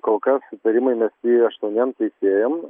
kol kas įtarimai mesti aštuoniem teisėjam